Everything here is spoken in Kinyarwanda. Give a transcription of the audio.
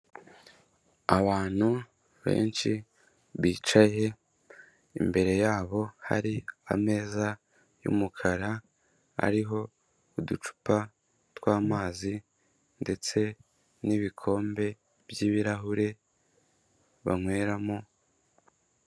Abantu benshi bicaye, imbere yabo hari ameza y'umukara ariho uducupa tw'amazi ndetse n'ibikombe by'ibirahure banyweramo.